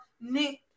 Nick